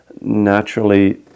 naturally